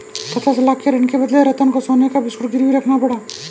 पचास लाख के ऋण के बदले रतन को सोने का बिस्कुट गिरवी रखना पड़ा